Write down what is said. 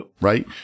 Right